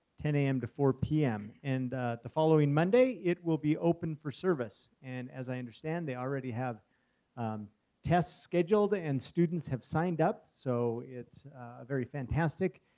ten am to four pm. and the following monday, it will be open for service, and as i understand, they already have tests scheduled ah and students have signed up. so it's a very fantastic,